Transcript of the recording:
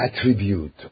attribute